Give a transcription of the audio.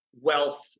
wealth